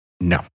No